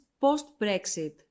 post-Brexit